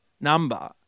number